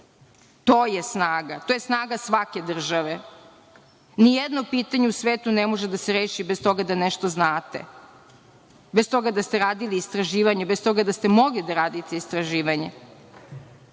To je snaga. To je snaga svake države. Nijedno pitanje u svetu ne može da se reši bez toga da nešto znate, bez toga da ste radili istraživanje, bez toga da ste mogli da radite istraživanje,